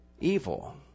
evil